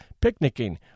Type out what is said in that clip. picnicking